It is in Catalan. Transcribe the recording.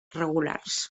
regulars